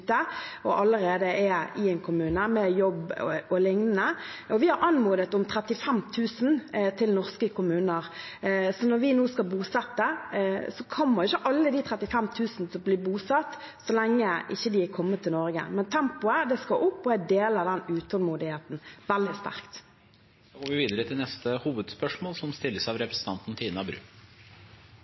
allerede i en kommune og har jobb og liknende. Vi har anmodet om 35 000 til norske kommuner, så når vi nå skal bosette, kommer ikke alle de 35 000 til å bli bosatt så lenge de ikke har kommet til Norge. Men tempoet skal opp, og jeg deler den utålmodigheten veldig sterkt. Vi går videre til neste hovedspørsmål.